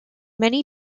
many